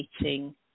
meeting